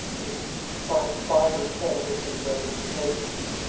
it finds five or ten different representations,